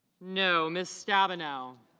no. mrs. staben now